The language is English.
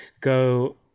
go